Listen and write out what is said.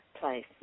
place